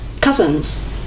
cousins